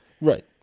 Right